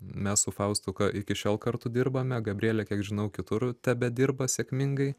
mes su faustu ką iki šiol kartu dirbame gabrielė kiek žinau kitur tebedirba sėkmingai